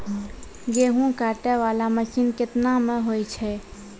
गेहूँ काटै वाला मसीन केतना मे होय छै?